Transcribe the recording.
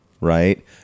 right